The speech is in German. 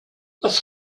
was